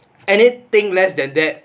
anything less than that